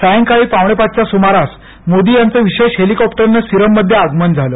सायंकाळी पावणेपाच च्या सुमारास मोदी यांचं विशेष हेलिकॉप्टरने सिरम मध्ये आगमन झालं